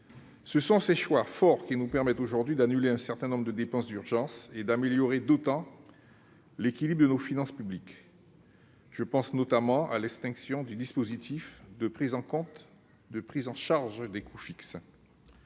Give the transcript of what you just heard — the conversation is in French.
Ce sont ces choix forts qui nous permettent aujourd'hui d'annuler un certain nombre de dépenses d'urgence et d'améliorer d'autant l'équilibre de nos finances publiques. Je pense notamment à l'extinction du dispositif de prise en charge des coûts fixes.